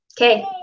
Okay